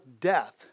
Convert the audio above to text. death